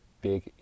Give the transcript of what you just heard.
big